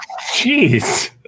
Jeez